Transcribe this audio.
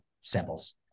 samples